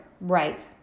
right